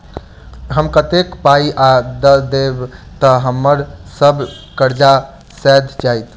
हम कतेक पाई आ दऽ देब तऽ हम्मर सब कर्जा सैध जाइत?